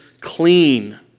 Clean